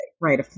right